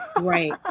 Right